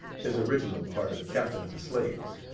his original part of captain of the slaves.